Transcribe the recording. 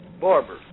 Barber